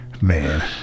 Man